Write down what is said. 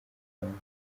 rwanda